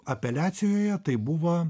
apeliacijoje tai buvo